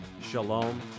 Shalom